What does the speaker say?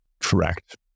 Correct